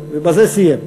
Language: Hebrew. תפקידו, ובזה סיים.